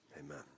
amen